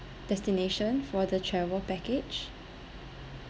destination for the travel package